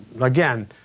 again